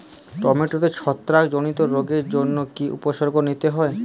টমেটোতে ছত্রাক জনিত রোগের জন্য কি উপসর্গ নিতে হয়?